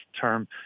term